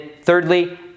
thirdly